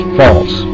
false